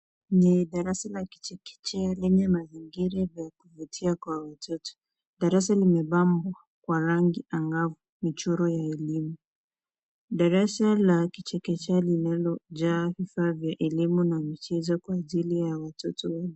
Ni darasa la kichekechea lenye mazingira ya kuvutia kwa watoto. Darasa limepambwa kwa rangi ambayo michoro ya elimu, darasa la kichekechea linalojaa vifaa vya elimu na michezo kwa ajili ya watoto wote